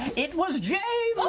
it was james.